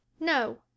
No